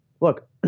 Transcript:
Look